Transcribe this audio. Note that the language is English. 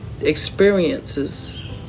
experiences